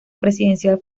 presidencial